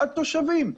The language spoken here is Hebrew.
התושבים.